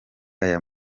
aya